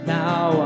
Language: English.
now